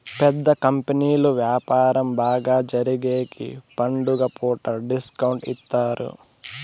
పెద్ద కంపెనీలు వ్యాపారం బాగా జరిగేగికి పండుగ పూట డిస్కౌంట్ ఇత్తారు